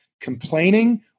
complaining